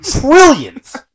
trillions